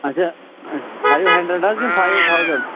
اچھا five hundred حظ کِنہٕ فایو تھاوزَنڑ